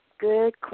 Good